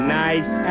nice